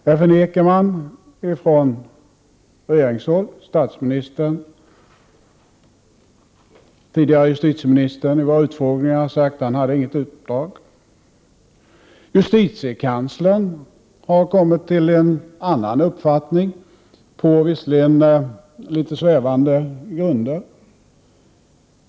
Det förnekar man från regeringshåll. Statsministern och den tidigare justitieministern har vid våra utfrågningar sagt att han inte hade något uppdrag. Justitiekanslern har kommit till en annan uppfattning, visserligen på litet svävande grunder.